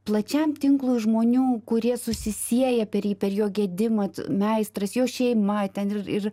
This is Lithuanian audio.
plačiam tinklui žmonių kurie susisieja per jį per jo gedimą meistras jo šeima ten ir ir